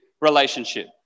relationship